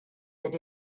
that